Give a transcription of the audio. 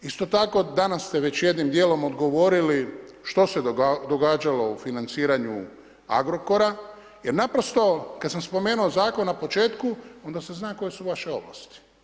Isto tako danas ste već jednim dijelom odgovorili što se događalo u financiranju Agrokora, jer naprosto kad sam spomenuo zakon na početku onda se zna koje su vaše ovlasti.